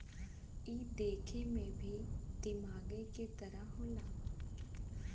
ई देखे मे भी दिमागे के तरह होला